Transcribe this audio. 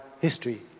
history